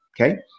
okay